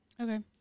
Okay